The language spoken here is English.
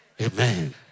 Amen